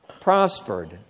prospered